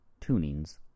tunings